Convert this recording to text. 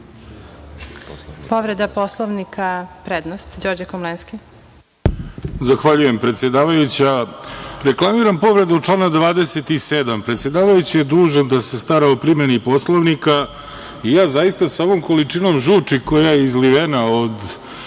Poslovnika, prednost, Đorđe Komlenski.